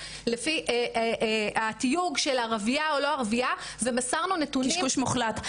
לפי התיוג של ערביה או לא ערביה ומסרנו נתונים --- קשקוש מוחלט.